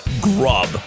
Grub